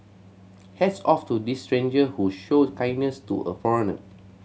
hats off to this stranger who showed kindness to a foreigner